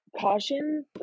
caution